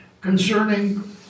concerning